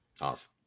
Awesome